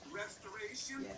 restoration